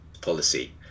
policy